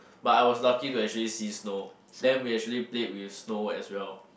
but I was lucky to actually see snow then we actually played with snow as well